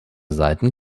seiten